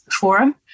Forum